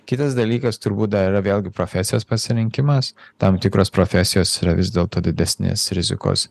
kitas dalykas turbūt dar yra vėlgi profesijos pasirinkimas tam tikros profesijos yra vis dėlto didesnės rizikos